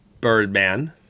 Birdman